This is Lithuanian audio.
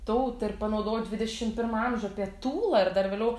tautą ir panaudoau dvidešim pirmą amžių apie tūlą ir dar vėliau